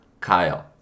Kyle